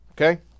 Okay